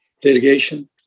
delegation